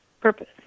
purpose